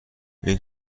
این